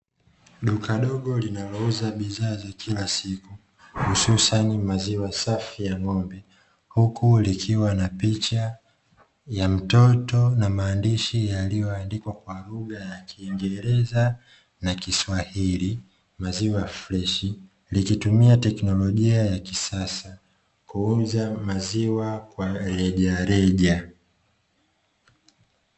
Duka dogo linalouza bidhaa za kila siku hususani maziwa safi ya ng’ombe, huku likiwa na picha ya mtoto na maandishi yaliyoandikwa kwa lugha kiingereza na kiswahili maziwa freshi. Likitumia tekinolojia ya kisasa kuuza kwa jumla na rejareja.